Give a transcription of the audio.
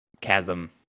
chasm